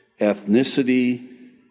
ethnicity